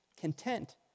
content